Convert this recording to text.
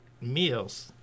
meals